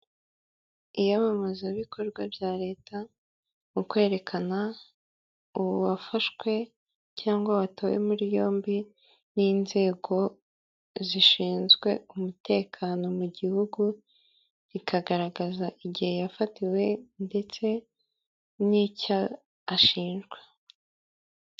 Iyamamazabikorwa bya leta mu kwerekana uwafashwe cyangwa wa watawe muri yombi n'inzego zishinzwe umutekano mu gihugu, bikagaragaza igihe yafatiwe ndetse n'icyo ashinjwa.